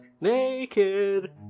naked